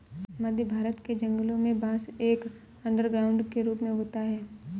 मध्य भारत के जंगलों में बांस एक अंडरग्राउंड के रूप में उगता है